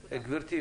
גברתי.